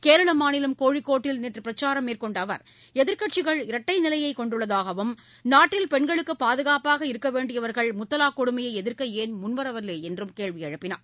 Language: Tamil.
கேரள மாநிலம் கோழிக்கோட்டில் நேற்று பிரச்சாரம் மேற்கொண்ட அவர் எதிர்க்கட்சிகள் இரட்டை நிலையை கொண்டுள்ளதாகவும் நாட்டில் பெண்களுக்கு பாதுகாப்பாக இருக்க வேண்டியவர்கள் முத்தலாக் கொடுமையை எதிர்க்க ஏன் முன்வரவில்லை என்று கேள்வி எழுப்பினார்